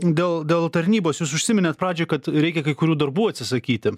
dėl dėl tarnybos jūs užsiminėt pradžioj kad reikia kai kurių darbų atsisakyti